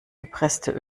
gepresste